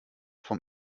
vom